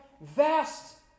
vast